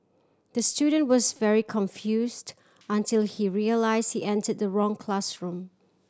the student was very confused until he realised he entered the wrong classroom